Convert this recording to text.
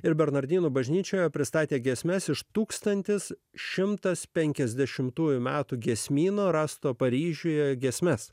ir bernardinų bažnyčioje pristatė giesmes iš tūkstantis šimtas penkiasdešimtųjų metų giesmyno rasto paryžiuje giesmes